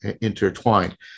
intertwined